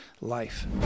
life